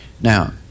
Now